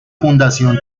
fundación